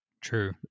true